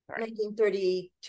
1932